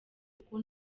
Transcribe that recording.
kuko